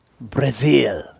Brazil